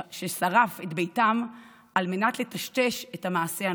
ששרף את ביתם על מנת לטשטש את המעשה הנורא,